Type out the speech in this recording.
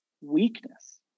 weakness